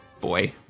boy